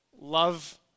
love